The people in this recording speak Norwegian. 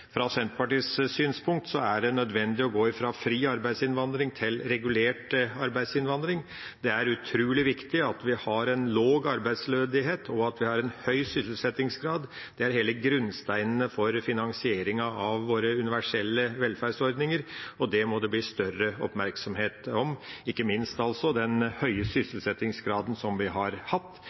fra Senterpartiets synspunkt er det nødvendig å gå fra fri arbeidsinnvandring til regulert arbeidsinnvandring. Det er utrolig viktig at vi har en lav arbeidsledighet, og at vi har en høy sysselsettingsgrad. Det er hele grunnsteinen for finansieringen av våre universelle velferdsordninger, og det må det bli større oppmerksomhet om, ikke minst den høye sysselsettingsgraden som vi har hatt,